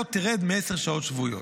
לא תרד מעשר שעות שבועיות.